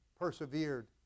persevered